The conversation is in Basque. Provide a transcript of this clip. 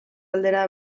aldera